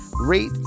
rate